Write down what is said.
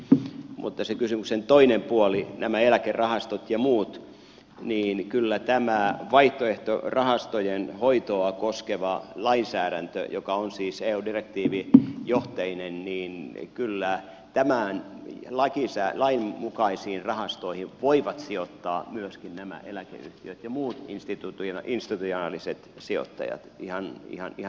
mutta se kysymyksen toinen puoli nämä eläkerahastot ja muut niin kyllä tämän vaihtoehdon rahastojen hoitoa koskevan lainsäädännön joka on siis eu direktiivijohteinen kyllä tämän lain mukaisiin rahastoihin voivat sijoittaa myöskin nämä eläkeyhtiöt ja muut institutionaaliset sijoittajat ihan oikein